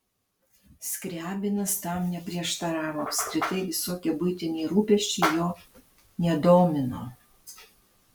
skriabinas tam neprieštaravo apskritai visokie buitiniai rūpesčiai jo nedomino